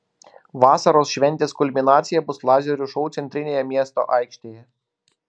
vasaros šventės kulminacija bus lazerių šou centrinėje miesto aikštėje